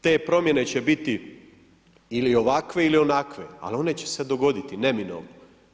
Te promjene će biti ili ovakve ili onakve ali one će dogoditi neminovno.